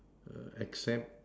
err accept